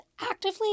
actively